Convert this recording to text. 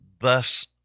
thus